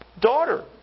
daughter